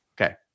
Okay